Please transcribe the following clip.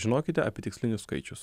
žinokite apie tikslinius skaičius